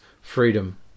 freedom